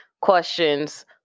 questions